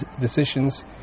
decisions